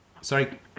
Sorry